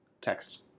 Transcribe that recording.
text